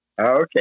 Okay